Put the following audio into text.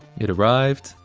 it arrived.